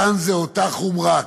כאן זה אותה חומרה.